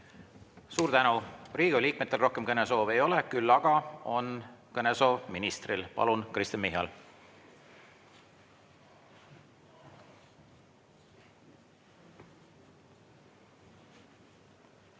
Suur tänu! Riigikogu liikmetel rohkem kõnesoove ei ole, küll aga on kõnesoov ministril. Palun, Kristen Michal!